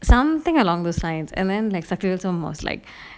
something along the side and then like satif almost like